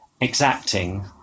exacting